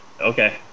okay